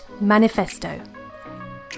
manifesto